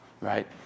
right